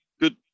good